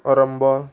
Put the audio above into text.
Arambol